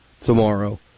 tomorrow